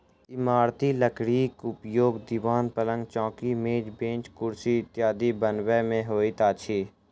इमारती लकड़ीक उपयोग दिवान, पलंग, चौकी, मेज, बेंच, कुर्सी इत्यादि बनबय मे होइत अछि